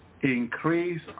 increase